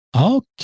okay